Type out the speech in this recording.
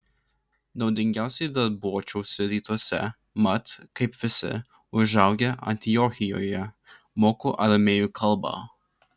naudingiausiai darbuočiausi rytuose mat kaip visi užaugę antiochijoje moku aramėjų kalbą